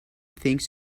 thinks